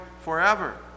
forever